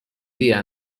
día